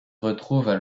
retrouvent